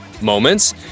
moments